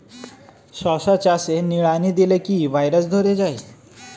শশা চাষে নিড়ানি দিলে কি ভাইরাস ধরে যায়?